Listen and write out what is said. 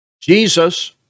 Jesus